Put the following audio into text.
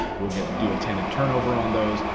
we'll get do a tenant turnover on those,